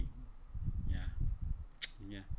ya ya